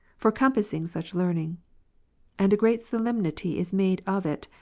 for compassing such learn ing and a great solemnity is made of it,